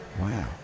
Wow